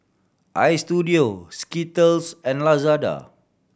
Istudio Skittles and Lazada